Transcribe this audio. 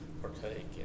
partake